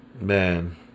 Man